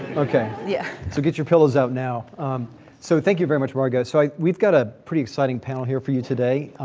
okay, yeah so get your pillows out now so thank you very much, margot. like we've got a pretty exciting panel here for you today.